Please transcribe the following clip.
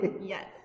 Yes